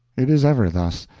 it is ever thus.